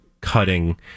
cutting